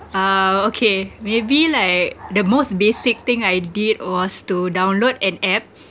uh okay maybe like the most basic thing I did was to download an app